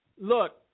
Look